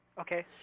Okay